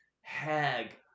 hag